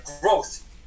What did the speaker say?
growth